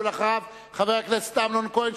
ואחריו חבר הכנסת אמנון כהן.